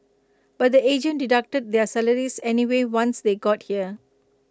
but the agent deducted their salaries anyway once they got here